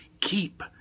keep